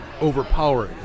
overpowering